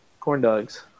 corndogs